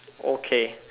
okay